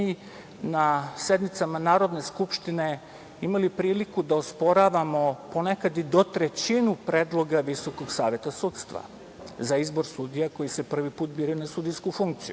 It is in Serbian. na sednicama Narodne skupštine imali priliku da osporavamo ponekad i do trećinu predloga Visokog saveta sudstva za izbor sudija koji se prvi put biraju na sudijsku funkciju. Šta